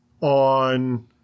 on